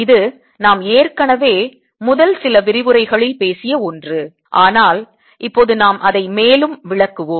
இது நாம் ஏற்கனவே முதல் சில விரிவுரைகளில் பேசிய ஒன்று ஆனால் இப்போது நாம் அதை மேலும் விளக்குவோம்